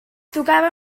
tocava